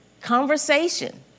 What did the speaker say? Conversation